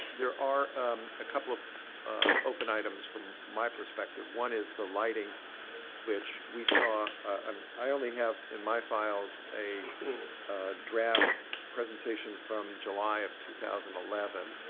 there are a couple of open items from my perspective. one is the lighting which we saw um i only have in my files a draft presentation from july of two thousand and eleven.